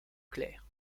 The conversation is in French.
clair